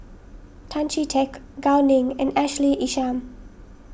Tan Chee Teck Gao Ning and Ashley Isham